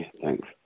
Thanks